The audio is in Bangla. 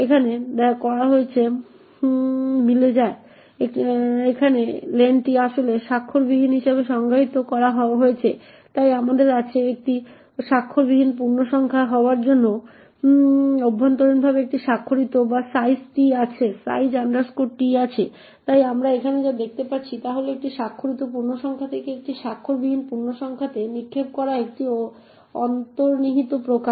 এখানে লেনটি আসলে স্বাক্ষরবিহীন হিসাবে সংজ্ঞায়িত করা হয়েছে তাই আমাদের কাছে একটি স্বাক্ষরবিহীন পূর্ণসংখ্যা হওয়ার জন্য অভ্যন্তরীণভাবে একটি স্বাক্ষরিত বা size t আছে তাই আমরা এখানে যা দেখতে পাচ্ছি তা হল একটি স্বাক্ষরিত পূর্ণসংখ্যা থেকে একটি স্বাক্ষরবিহীন পূর্ণসংখ্যাতে নিক্ষেপ করা একটি অন্তর্নিহিত প্রকার